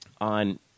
on